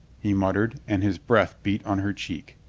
he muttered and his breath beat on her cheek.